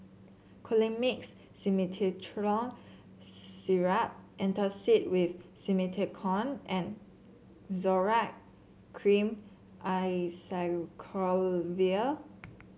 Colimix Simethicone Syrup Antacid with Simethicone and Zoral Cream Acyclovir